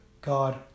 God